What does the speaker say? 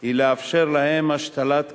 היא לאפשר להם השתלת כליה,